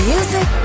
Music